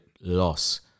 loss